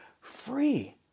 free